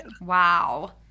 wow